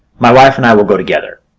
my wife and i will go together.